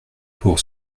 pour